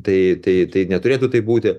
tai tai tai neturėtų taip būti